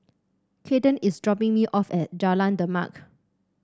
Cayden is dropping me off at Jalan Demak